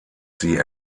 sie